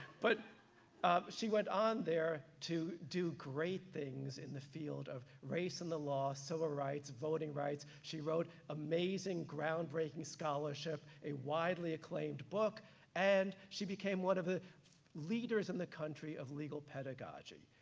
but she went on there to do great things in the field of race in the law, civil rights, voting rights. she wrote amazing groundbreaking scholarship, a widely acclaimed book and she became one of the leaders in the country of legal pedagogy,